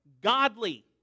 godly